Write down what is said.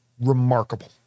remarkable